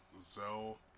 Zell